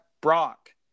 Brock